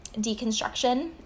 deconstruction